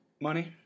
Money